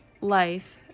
life